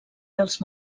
dels